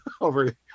over